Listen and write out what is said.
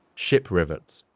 ship rivets,